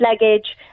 luggage